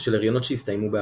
או של הריונות שהסתיימו בהפלה.